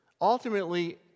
Ultimately